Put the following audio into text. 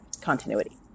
continuity